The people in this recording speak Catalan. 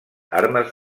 armes